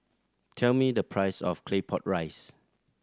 tell me the price of Claypot Rice